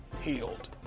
healed